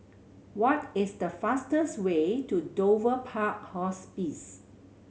what is the fastest way to Dover Park Hospice